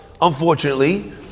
Unfortunately